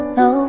no